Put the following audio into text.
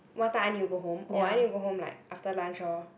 what time I need to go home oh I need to go home like after lunch orh